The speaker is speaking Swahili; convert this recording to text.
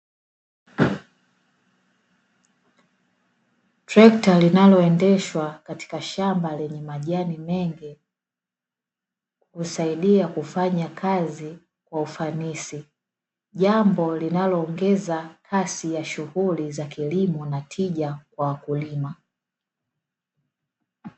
Trekta linaloendeshwa katika shamba lenye majani mengi, husaidia kufanya kazi wa ufanisi jambo linaloongeza hasi ya shughuli za kilimo na tija kwa wakulima.